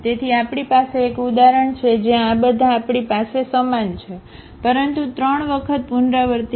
તેથી આપણી પાસે એક ઉદાહરણ છે જ્યાં આ બધા આપણી પાસે સમાન છે પરંતુ ત્રણ વખત પુનરાવર્તિત